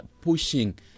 pushing